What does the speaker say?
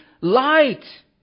light